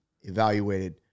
evaluated